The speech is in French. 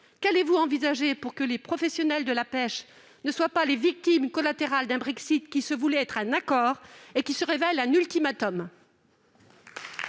qu'envisagez-vous pour que les professionnels de la pêche ne soient pas les victimes collatérales d'un Brexit qui devait être un accord et qui se révèle être un ultimatum ?